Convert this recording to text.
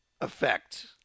effect